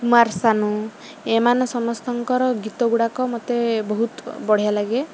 କୁମାର ସାନୁ ଏମାନେ ସମସ୍ତଙ୍କର ଗୀତ ଗୁଡ଼ାକ ମୋତେ ବହୁତ ବଢ଼ିଆ ଲାଗେ